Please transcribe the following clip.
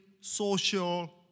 social